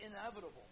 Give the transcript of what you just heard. inevitable